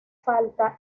falta